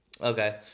Okay